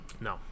No